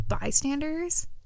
Bystanders